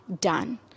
done